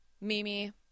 Mimi